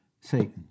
Satan